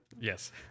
Yes